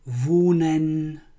Wohnen